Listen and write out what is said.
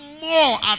more